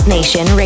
Nation